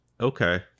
Okay